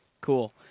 cool